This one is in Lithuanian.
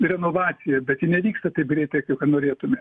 renovacija bet ji nevyksta taip greitai kaip kad norėtume